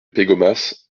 pégomas